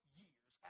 years